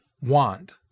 want